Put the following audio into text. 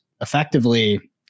effectively